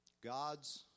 God's